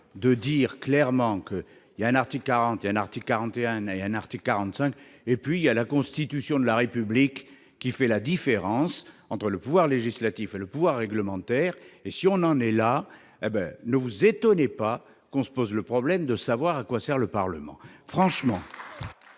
De dire clairement qu'il y a un article 41 articles, 41 et un article 45 et puis il y a la constitution de la République qui fait la différence entre le pouvoir législatif et le pouvoir réglementaire et si on en met là-bas, ne vous étonnez pas qu'on se pose le problème de savoir à quoi sert le Parlement franchement.